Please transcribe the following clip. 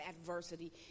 adversity